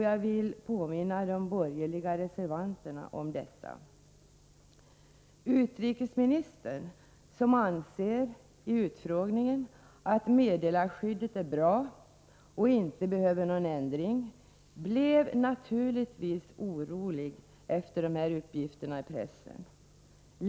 Jag vill påminna de borgerliga reservanterna om detta. Utrikesministern, som enligt utfrågningen anser att meddelarskyddet är bra och inte behöver någon ändring, blev naturligtvis orolig efter dessa uppgifter i pressen.